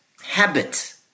habit